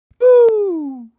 Woo